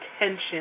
attention